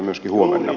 arvoisa puhemies